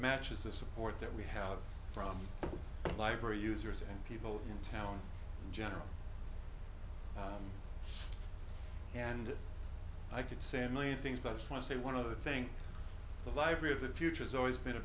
matches the support that we have from library users and people in town in general and i could say a million things but i just want to say one of the thing the library of the future has always been a